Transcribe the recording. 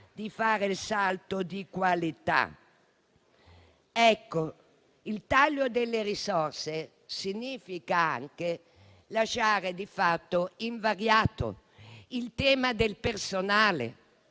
di fare quel salto di qualità; il taglio delle risorse significa lasciare di fatto invariato il tema del personale.